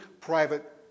private